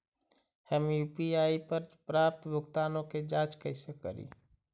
हम यु.पी.आई पर प्राप्त भुगतानों के जांच कैसे करी?